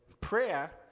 prayer